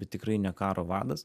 bet tikrai ne karo vadas